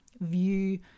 view